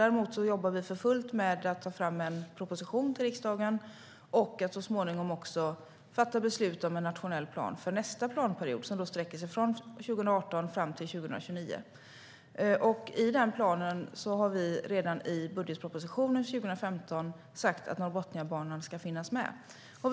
Däremot jobbar vi för fullt med att ta fram en proposition till riksdagen och så småningom också fatta beslut om en nationell plan för nästa planperiod, som sträcker sig från 2018 och fram till 2029. Redan i budgetpropositionen för 2015 angav vi att Norrbotniabanan ska finnas med i den planen.